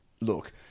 Look